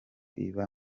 iba